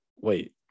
wait